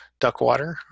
Duckwater